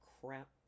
crap